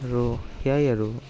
আৰু সেয়াই আৰু